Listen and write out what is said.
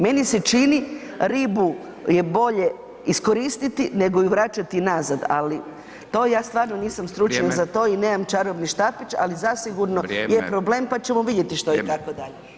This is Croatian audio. Meni se čini ribu je bolje iskoristiti nego ju vraćati nazad ali to ja stvarno nisam stručnjak za to i nemam čarobni štapić ali zasigurno je problem pa ćemo vidjeti što je itd.